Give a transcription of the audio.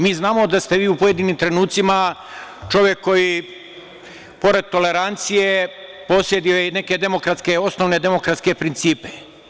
Mi znamo da ste vi u pojedinim trenucima čovek koji, pored tolerancije, poseduje i neke demokratske, osnovne demokratske principe.